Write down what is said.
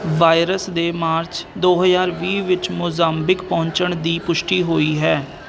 virus ਦੇ March ਦੋ ਹਜ਼ਾਰ ਵੀਹ ਵਿੱਚ ਮੋਜ਼ਾਮਬੀਕ ਪਹੁੰਚਣ ਦੀ ਪੁਸ਼ਟੀ ਹੋਈ ਹੈ